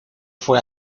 fue